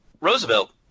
Roosevelt